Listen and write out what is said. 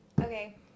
Okay